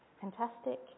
fantastic